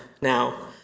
now